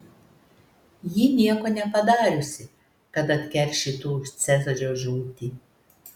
ji nieko nepadariusi kad atkeršytų už cezario žūtį